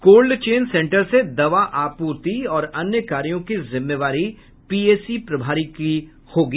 cold chain centre से दवा आपूर्ति और अन्य कार्यो की जिम्मेवारी पीएचसी प्रभारी की होगी